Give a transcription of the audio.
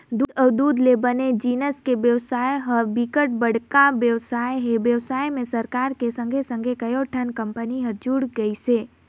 दूद अउ दूद ले बने जिनिस के बेवसाय ह बिकट बड़का बेवसाय हे, बेवसाय में सरकार के संघे संघे कयोठन कंपनी हर जुड़ गइसे